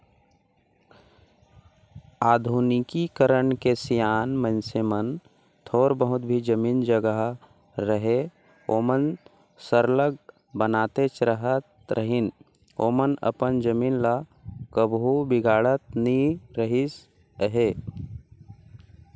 आधुनिकीकरन के सियान मइनसे मन थोर बहुत भी जमीन जगहा रअहे ओमन सरलग बनातेच रहत रहिन ओमन अपन जमीन ल कभू बिगाड़त नी रिहिस अहे